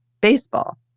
baseball